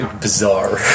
bizarre